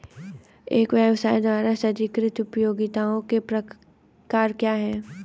एक व्यवसाय द्वारा सृजित उपयोगिताओं के प्रकार क्या हैं?